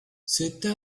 cette